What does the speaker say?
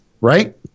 Right